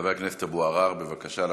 חבר הכנסת אבו עראר, בבקשה.